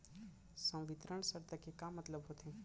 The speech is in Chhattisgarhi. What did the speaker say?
संवितरण शर्त के का मतलब होथे?